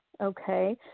okay